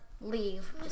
leave